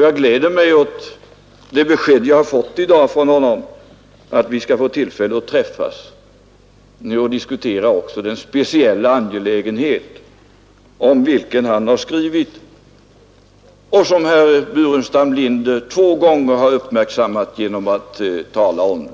Jag gläder mig åt beskedet, som jag har fått i dag från honom, att vi skall få tillfälle att träffas och diskutera också den speciella angelägenhet, om vilken han skrivit och som herr Burenstam Linder två gånger fäst uppmärksamheten på genom att tala om